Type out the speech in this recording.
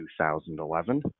2011